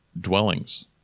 Dwellings